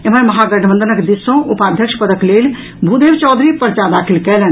एम्हर महागठबंधनक दिस सॅ उपाध्यक्ष पदक लेल भूदेव चौधरी पर्चा दाखिल कयलनि